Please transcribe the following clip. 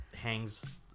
hangs